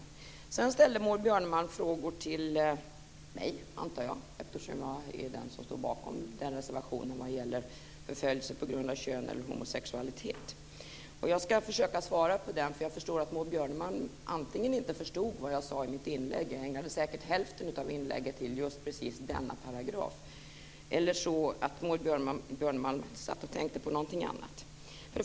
Maud Björnemalm ställde frågor till mig - antar jag, eftersom jag är den som står bakom reservationen vad gäller förföljelse på grund av kön eller homosexualitet. Jag ska försöka svara. Antingen förstod inte Maud Björnemalm vad jag sade i mitt inlägg, där jag ägnade säkert hälften åt just denna paragraf, eller också satt hon och tänkte på något annat.